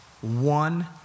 one